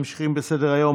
ממשיכים בסדר-היום,